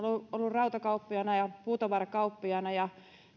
rautakauppiaana ja puutavarakauppiaana ja